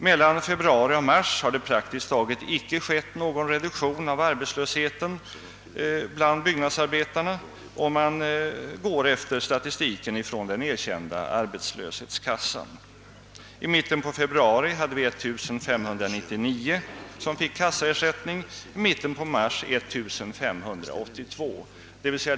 Från februari till mars har praktiskt taget ingen reduktion av arbetslösheten bland byggnadsarbetarna ägt rum, om man går efter statistiken från den erkända arbetslöshetskassan. I mitten av februari fick 1599 personer arbetslöshetskasseersättning, i mitten av mars 1582 personer.